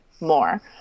more